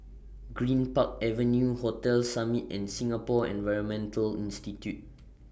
Greenpark Avenue Hotel Summit and Singapore Environment Institute